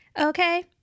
Okay